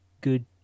good